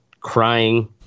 crying